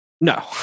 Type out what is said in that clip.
No